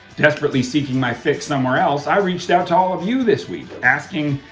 desperately seeking my fix somewhere else, i reached out to all of you this week asking,